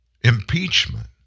Impeachment